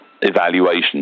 evaluation